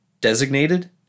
designated